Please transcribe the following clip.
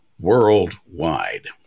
worldwide